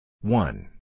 One